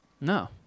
No